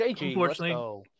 Unfortunately